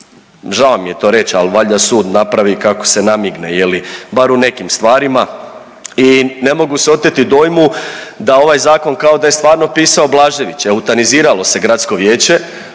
žao mi je to reć al valjda sud napravi kako se namigne je li, bar u nekim stvarima. I ne mogu se oteti dojmu da ovaj zakon kao da je stvarno pisao Blažević, eutanaziralo se gradsko vijeće,